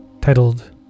titled